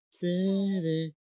Baby